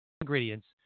ingredients